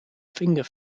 finger